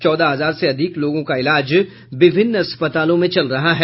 चौदह हजार से अधिक लोगों का इलाज विभिन्न अस्पतालों में चल रहा है